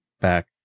back